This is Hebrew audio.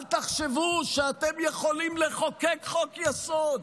אל תחשבו שאתם יכולים לחוקק חוק-יסוד.